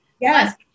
Yes